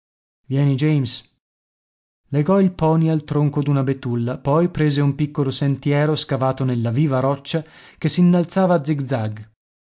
vieni james legò il poney al tronco d'una betulla poi prese un piccolo sentiero scavato nella viva roccia che s'innalzava a